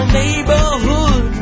neighborhood